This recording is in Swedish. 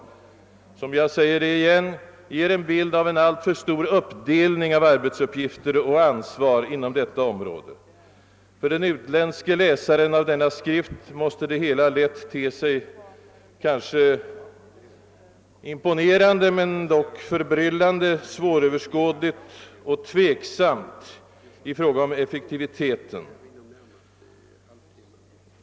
Den ger, jag vill upprepa det, en bild av en alltför stor uppdelning av arbetsuppgifter och ansvar inom detta område. För den utländske läsaren av denna skrift måste det hela lätt te sig kanske imponerande men sannolikt också förbryllande, svåröverskådligt och tveksamt i fråga om effektiviteten.